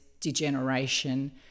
degeneration